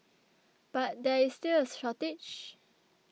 but there is still a shortage